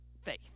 faith